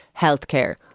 healthcare